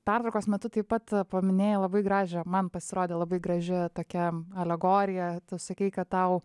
pertraukos metu taip pat paminėjai labai gražią man pasirodė labai graži tokia alegorija tu sakei kad tau